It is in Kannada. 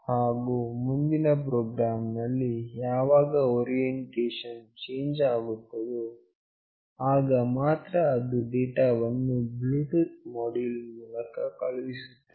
ಹಾಗು ಮುಂದಿನ ಪ್ರೊಗ್ರಾಮ್ ನಲ್ಲಿ ಯಾವಾಗ ಓರಿಯೆಂಟೇಷನ್ ವು ಚೇಂಜ್ ಆಗುತ್ತದೆಯೋ ಆಗ ಮಾತ್ರ ಅದು ಡೇಟಾವನ್ನು ಬ್ಲೂಟೂತ್ ಮೋಡ್ಯುಲ್ ಮೂಲಕ ಕಳುಹಿಸುತ್ತದೆ